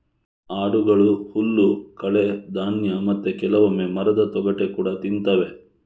ಆಡುಗಳು ಹುಲ್ಲು, ಕಳೆ, ಧಾನ್ಯ ಮತ್ತೆ ಕೆಲವೊಮ್ಮೆ ಮರದ ತೊಗಟೆ ಕೂಡಾ ತಿಂತವೆ